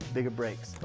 bigger brakes.